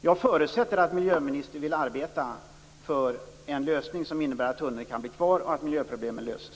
Jag förutsätter att miljöministern vill arbeta för en lösning som innebär att tunneln kan bli kvar och att miljöproblemen löses.